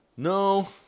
No